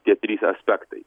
tie trys aspektai